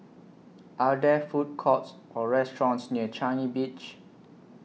Are There Food Courts Or restaurants near Changi Beach